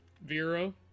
Vero